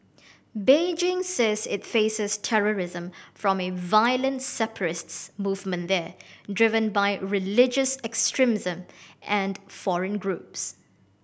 Beijing says it faces terrorism from a violent separatists movement there driven by religious extremism and foreign groups